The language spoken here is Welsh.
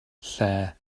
lle